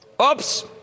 Oops